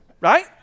Right